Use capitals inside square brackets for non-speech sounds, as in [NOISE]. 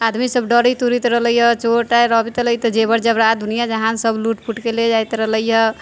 आदमी सब डरैत उरैत रहलै हँ चोर [UNINTELLIGIBLE] अबैत रहलै तऽ जेवर जेवरात दुनिआ जहान सब लूट फूट के ले जाइत रहलैया